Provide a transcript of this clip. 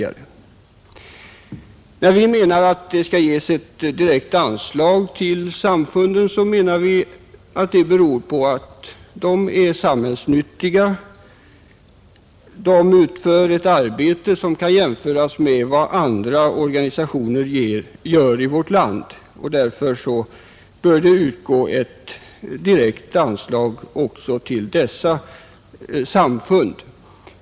Anledningen till att vi vill att ett direkt anslag skall utgå till samfunden är att de är samhällsnyttiga och att de utför ett arbete som kan jämföras med det andra organisationer gör i vårt land. Därför bör ett direkt anslag utgå även till dessa samfund.